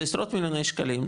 זה ישרוף מיליוני שקלים.